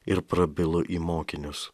ir prabilo į mokinius